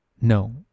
No